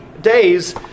days